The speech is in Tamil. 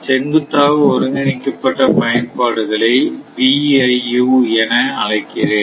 செங்குத்தாக ஒருங்கிணைக்கப்பட்ட பயன்பாடுகளை VIU என அழைக்கிறேன்